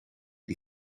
die